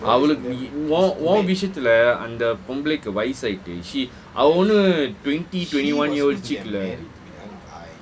I will be உன் விஷயத்துல அந்த பொம்புளைக்கு வயசாச்சு:un vishayathula antha pombulaiku vayasaachu she அவனு:awanu twenty twenty one year old சிட்டு ல:chittu la